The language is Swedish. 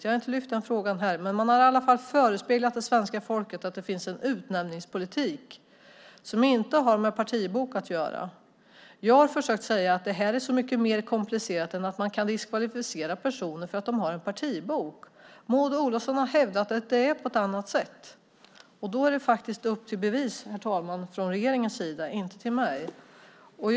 Jag har inte lyft fram den frågan här, men man har i alla fall förespeglat svenska folket att det finns en utnämningspolitik som inte har med partibok att göra. Jag har försökt säga att det här är så mycket mer komplicerat än att man kan diskvalificera personer för att de har en partibok. Maud Olofsson har hävdat att det är på ett annat sätt. Då är det faktiskt upp till bevis från regeringens sida, herr talman, inte för mig.